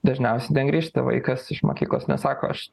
dažniausiai negrįžta vaikas iš mokyklos nesako aš